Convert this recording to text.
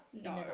no